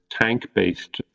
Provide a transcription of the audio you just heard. tank-based